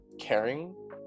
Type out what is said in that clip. caring